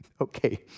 Okay